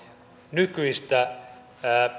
nykyistä